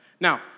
Now